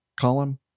column